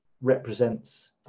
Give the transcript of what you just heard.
Represents